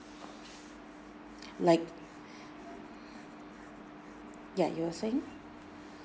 like yeah you were saying